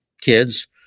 kids